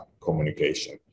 communication